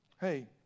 Hey